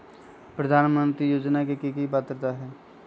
प्रधानमंत्री योजना के की की पात्रता है?